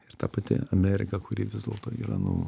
ir ta pati amerika kuri vis dėlto yra nu